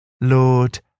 Lord